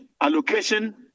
allocation